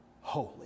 holy